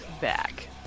back